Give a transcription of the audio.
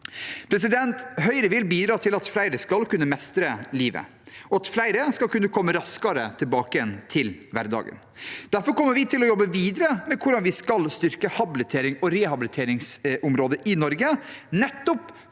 Høyre vil bidra til at flere skal kunne mestre livet, og at flere skal kunne komme raskere tilbake til hverdagen. Derfor kommer vi til å jobbe videre med hvordan vi skal styrke habiliterings- og rehabiliteringsområdet i Norge, nettopp